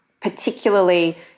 particularly